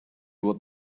what